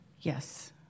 Yes